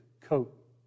coat